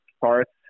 parts